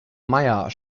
meier